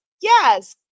yes